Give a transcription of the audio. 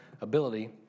ability